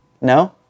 no